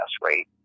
rate